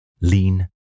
Lean